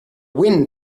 wind